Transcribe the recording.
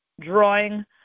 drawing